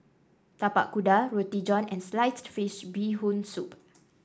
Tapak Kuda Roti John and Sliced Fish Bee Hoon Soup